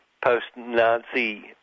post-Nazi